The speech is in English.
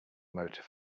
motor